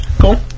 Cool